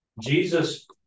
Jesus